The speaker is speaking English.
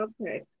Okay